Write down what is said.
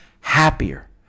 happier